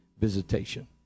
visitation